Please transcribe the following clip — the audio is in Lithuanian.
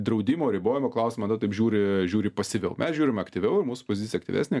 draudimo ribojimo klausimą na taip žiūri žiūri pasyviau mes žiūrim aktyviau ir mūsų pozicija aktyvesnė